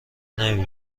نمی